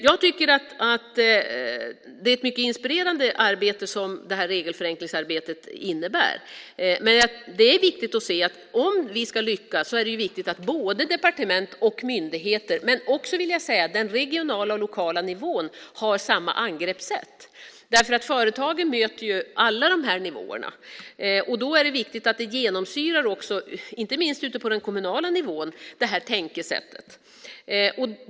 Jag tycker att regelförenklingsarbetet innebär ett mycket inspirerande arbete. Det är viktigt att se att om vi ska lyckas är det angeläget att departement och myndigheter men också, vill jag säga, den regionala och lokala nivån har samma angreppssätt. Företagen möter ju alla de här nivåerna, och då är det viktigt att det här tänkesättet inte minst genomsyrar den kommunala nivån.